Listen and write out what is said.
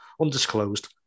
undisclosed